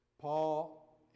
Paul